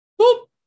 Boop